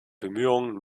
bemühungen